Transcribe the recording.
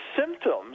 symptoms